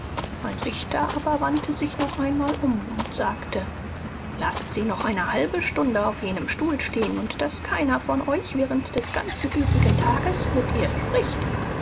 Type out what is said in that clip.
mein richter aber wandte sich noch einmal um und sagte laßt sie noch eine halbe stunde auf jenem stuhl stehen und daß keiner von euch während des ganzen übrigen tages mit ihr spricht